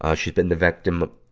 ah she's been the victim,